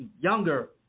younger